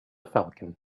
falcon